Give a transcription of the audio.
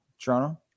Toronto